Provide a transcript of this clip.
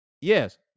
yes